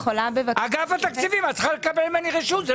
אגף התקציבים, את צריכה לקבל ממני רשות.